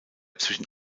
zwischen